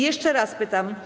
Jeszcze raz pytam.